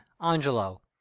Angelo